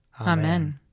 Amen